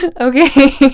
Okay